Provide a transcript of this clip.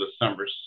December